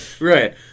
right